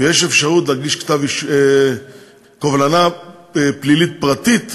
ויש אפשרות להגיש קובלנה פלילית פרטית,